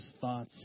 thoughts